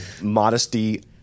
modesty